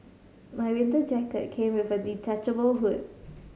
my winter jacket came with a detachable hood